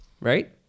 Right